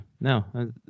No